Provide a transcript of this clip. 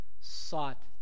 sought